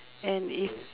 and if